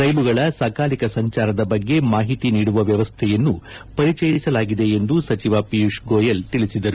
ರೈಲುಗಳ ಸಕಾಲಿಕ ಸಂಚಾರದ ಬಗ್ಗೆ ಮಾಹಿತಿ ನೀಡುವ ವ್ಲವಸ್ಥೆಯನ್ನು ಪರಿಚಯಿಸಲಾಗಿದೆ ಎಂದು ಸಚಿವ ಪಿಯೂಷ್ ಗೋಯಲ್ ತಿಳಿಸಿದರು